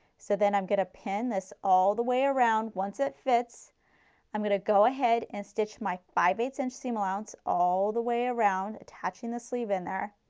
so then i am going to pin this all the way around. once it fits i am going to go ahead and stitch my five eight ths inch seam allowance all the way around attaching the sleeve in there.